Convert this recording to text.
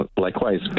Likewise